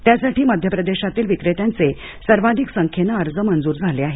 त्यासाठी मध्य प्रदेशातील विक्रेत्यांचे सर्वाधिक संख्येन अर्ज मंजूर झाले आहेत